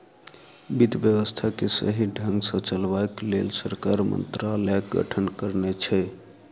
वित्त व्यवस्था के सही ढंग सॅ चलयबाक लेल सरकार मंत्रालयक गठन करने छै